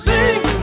Sing